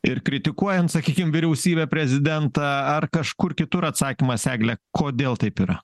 ir kritikuojant sakykim vyriausybę prezidentą ar kažkur kitur atsakymas egle kodėl taip yra